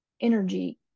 energy